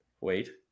Wait